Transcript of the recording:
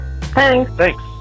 Thanks